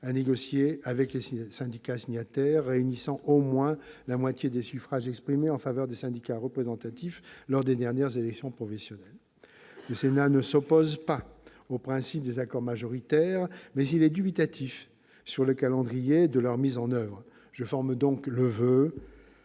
à négocier avec des syndicats signataires réunissant au moins la moitié des suffrages exprimés en faveur des syndicats représentatifs lors des dernières élections professionnelles. Le Sénat ne s'oppose pas au principe des accords majoritaires, mais il est dubitatif quant au calendrier de leur mise en oeuvre. Je forme donc le voeu